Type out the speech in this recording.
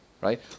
right